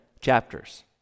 chapters